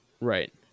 right